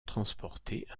transporter